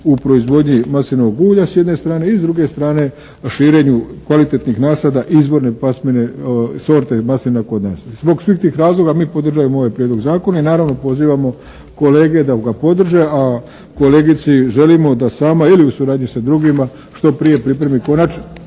u proizvodnji maslinovog ulja s jedne strane i s druge strane, širenju kvalitetnih nasada izvorne pasmine, sorte maslina kod nas. Zbog svih tih razloga mi podržavamo ovaj prijedlog zakona i naravno pozivamo kolege da ga podrže a kolegici želimo da sama ili u suradnji sa drugima što prije pripremi konačni